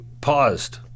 paused